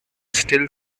still